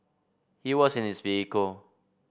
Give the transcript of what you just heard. he was in his vehicle